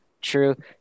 true